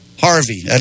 Harvey